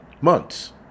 Months